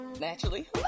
naturally